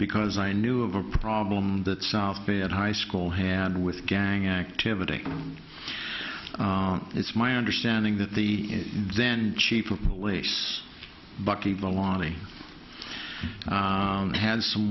because i knew of a problem that south bay at high school had with gang activity it's my understanding that the then cheap of police bucky law has some